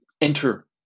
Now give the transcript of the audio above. enter